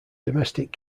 domestic